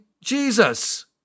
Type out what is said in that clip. Jesus